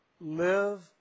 live